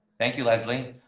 thank you, leslie.